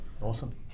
Awesome